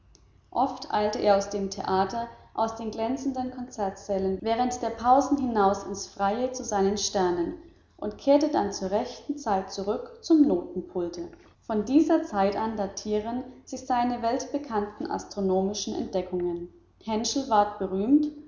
oft eilte er aus dem theater aus den glänzenden konzertsälen während der pausen hinaus ins freie zu seinen sternen und kehrte dann zur rechten zeit zurück zum notenpulte von dieser zeit an datieren sich seine weltbekannten astronomischen entdeckungen herschel ward berühmt